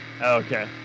okay